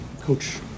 coach